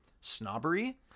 snobbery